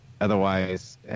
otherwise